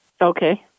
Okay